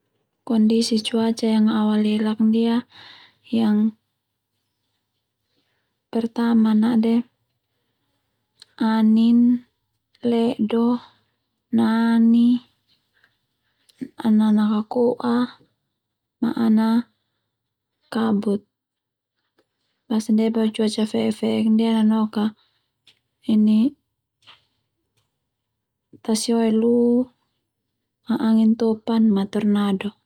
Kondisi cuaca yang au alelak ndia yang pertama na'de anin le'do na'ani ana nakako'a ma ana kabut, basa ndia boe cuaca fe'ek- fe'ek ndia nanok a ini tasioe lu ma Anin topan ma tordano.